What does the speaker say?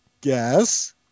guess